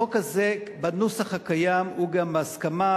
החוק הזה בנוסח הקיים הוא גם בהסכמת